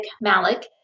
Malik